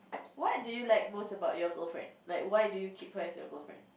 what do you like most about your girlfriend like why do you keep her as your girlfriend